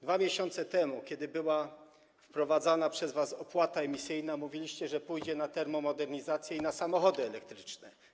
2 miesiące temu, kiedy była wprowadzana przez was opłata emisyjna, mówiliście, że pójdzie to na termomodernizację i na samochody elektryczne.